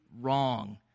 wrong